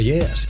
Yes